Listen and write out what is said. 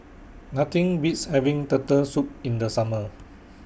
Nothing Beats having Turtle Soup in The Summer